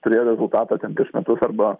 turėjo rezultatą ten prieš metus arba